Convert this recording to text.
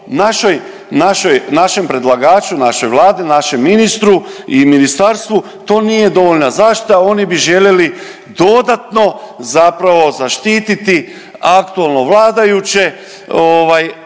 našem predlagaču, našoj Vladi, našem ministru i ministarstvu to nije dovoljna zaštita. Oni bi željeli dodatno zapravo zaštititi aktualno vladajuće